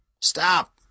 Stop